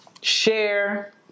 share